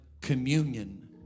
communion